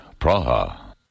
Praha